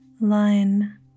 line